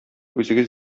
үзегез